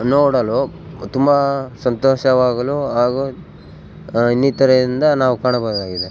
ನೋಡಲು ತುಂಬ ಸಂತೋಷವಾಗಲು ಹಾಗು ಇನ್ನಿತರೆ ಇಂದ ನಾವು ಕಾಣಬಹುದಾಗಿದೆ